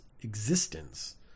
existence